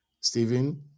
Stephen